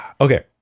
Okay